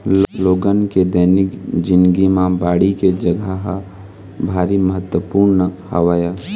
लोगन के दैनिक जिनगी म बाड़ी के जघा ह भारी महत्वपूर्न हवय